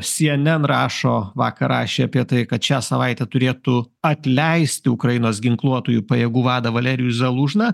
cnn rašo vakar rašė apie tai kad šią savaitę turėtų atleisti ukrainos ginkluotųjų pajėgų vadą valerijų zalūžną